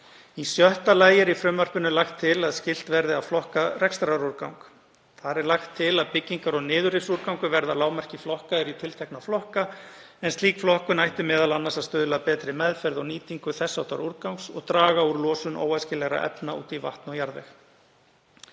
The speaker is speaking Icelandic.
Í sjötta lagi er í frumvarpinu lagt til að skylt verði að flokka rekstrarúrgang. Þar er lagt til að byggingar- og niðurrifsúrgangur verði að lágmarki flokkaður í tiltekna flokka, en slík flokkun ætti meðal annars að stuðla að betri meðferð og nýtingu þess háttar úrgangs og draga úr losun óæskilegra efna út í vatn og jarðveg.